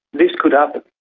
this could happen,